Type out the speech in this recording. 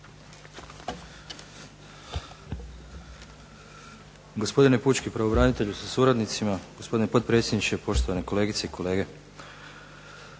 hvala vam